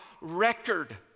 record